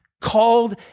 called